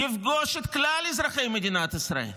יפגוש את כללי אזרחי מדינת ישראל.